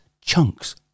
chunks